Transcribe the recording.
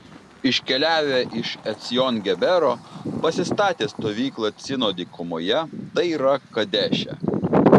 iškeliavę iš ecjon gebero pasistatė stovyklą cino dykumoje tai yra kadeše